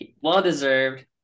Well-deserved